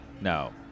No